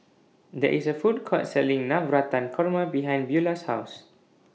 There IS A Food Court Selling Navratan Korma behind Beula's House